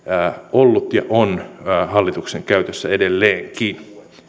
ollut ja on hallituksen käytössä edelleenkin